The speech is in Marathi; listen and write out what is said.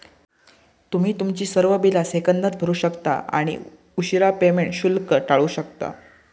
तुम्ही तुमची सर्व बिला सेकंदात भरू शकता आणि उशीरा पेमेंट शुल्क टाळू शकता